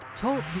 Talk